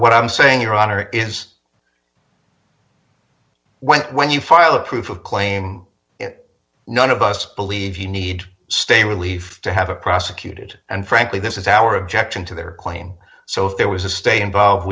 what i'm saying your honor is well when you file a proof of claim none of us believe you need stay relief to have a prosecuted and frankly this is our objection to their claim so if there was a stay involved